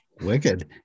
Wicked